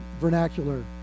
vernacular